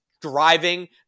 driving